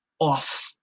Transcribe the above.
off